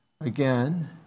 again